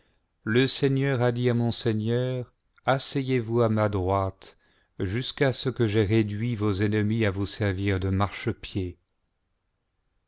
le seigneur a dit à mon seigneur asseyez-vous à ma droite jusqu'à ce que j'aie réduit vos ennemis à vous servir de marchepied